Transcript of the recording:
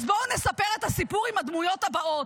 אז בואו נספר את הסיפור עם הדמויות הבאות: